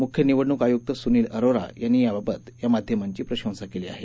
मुख्य निवडणूक आयुक्त सुनील अरोरा यांनी याबाबत या माध्यमांची प्रशंसा केली आहे